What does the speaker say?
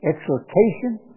exhortation